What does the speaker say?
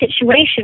situation